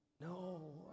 No